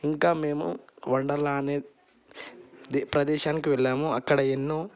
ఇంకా మేము వండర్లా అనే ప్రదేశానికి వెళ్ళాము అక్కడ ఎన్నో